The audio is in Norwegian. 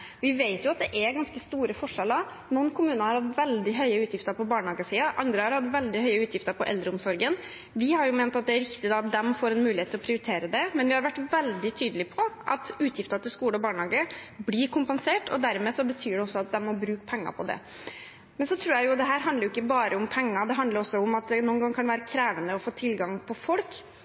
Vi vet at det er ganske store forskjeller. Noen kommuner har hatt veldig høye utgifter på barnehagesiden. Andre har hatt veldig høye utgifter til eldreomsorgen. Vi har ment at det er riktig at de får en mulighet til å prioritere det, men vi har vært veldig tydelig på at utgifter til skole og barnehager blir kompensert. Dermed betyr det at de må bruke penger på det. Dette handler ikke bare om penger. Det handler også om at det noen ganger kan være krevende å få tilgang på folk.